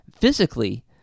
physically